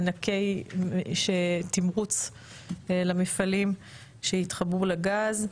מענקי תמרוץ למפעלים שיתחברו לגז.